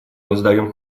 воздаем